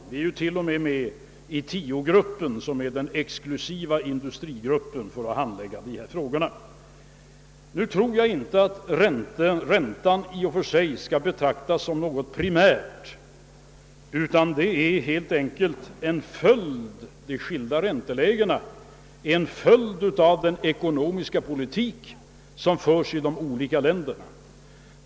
Vi är rent av med i Tiogruppen, den exklusiva grupp av industriländer som behandlar ekonomiska ärenden och valutafrågor. Nu tror jag inte att räntan i och för sig bör betraktas som något primärt. Att ränteläget är olika i olika länder är en följd av att den ekonomiska politiken sköts på olika sätt.